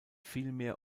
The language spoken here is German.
vielmehr